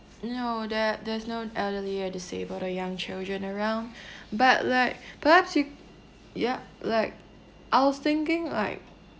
no there there's no elderly or disabled or young children around but like perhaps you ya like I was thinking like